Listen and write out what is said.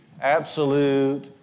absolute